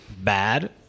bad